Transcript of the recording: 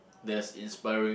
that's inspiring